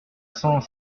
cent